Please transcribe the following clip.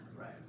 Right